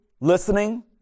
listening